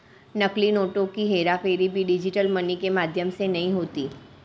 नकली नोटों की हेराफेरी भी डिजिटल मनी के माध्यम से नहीं होती